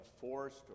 forced